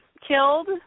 killed